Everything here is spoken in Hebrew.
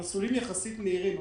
המסלולים יחסית מהירים.